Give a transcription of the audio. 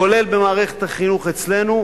כולל במערכת החינוך אצלנו,